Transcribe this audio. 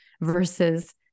versus